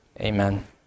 Amen